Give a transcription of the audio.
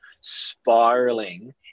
spiraling